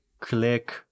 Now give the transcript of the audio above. click